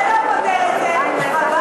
חבר הכנסת סלומינסקי, אם זה לא פותר את זה, חבל.